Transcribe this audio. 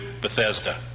Bethesda